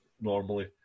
normally